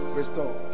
restore